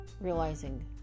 realizing